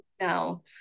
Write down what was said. Now